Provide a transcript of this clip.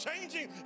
changing